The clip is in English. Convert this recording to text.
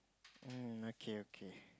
um okay okay